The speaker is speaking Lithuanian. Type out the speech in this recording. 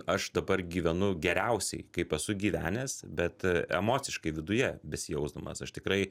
aš dabar gyvenu geriausiai kaip esu gyvenęs bet emociškai viduje besijausdamas aš tikrai